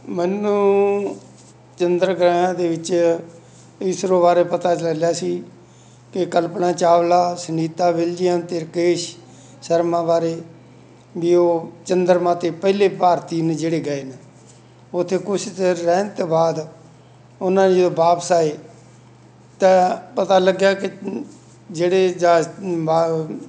ਮੈਨੂੰ ਚੰਦਰ ਗ੍ਰਹਿਆਂ ਦੇ ਵਿੱਚ ਇਸਰੋ ਬਾਰੇ ਪਤਾ ਚੱਲਿਆ ਸੀ ਕਿ ਕਲਪਨਾ ਚਾਵਲਾ ਸੁਨੀਤਾ ਵਿਲਜੀਅਮ ਅਤੇ ਰਕੇਸ਼ ਸ਼ਰਮਾ ਬਾਰੇ ਵੀ ਉਹ ਚੰਦਰਮਾ 'ਤੇ ਪਹਿਲੇ ਭਾਰਤੀ ਨੇ ਜਿਹੜੇ ਗਏ ਨੇ ਉੱਥੇ ਕੁਛ ਦੇਰ ਰਹਿਣ ਤੋਂ ਬਾਅਦ ਉਹਨਾਂ ਜਦੋਂ ਵਾਪਸ ਆਏ ਤਾਂ ਪਤਾ ਲੱਗਿਆ ਕਿ ਜਿਹੜੇ ਜਹਾਜ਼